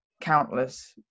countless